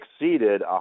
exceeded